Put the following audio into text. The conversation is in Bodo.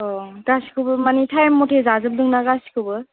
गासिखौबो मानि थाइम मथे जाजोबदों ना गासिखौबो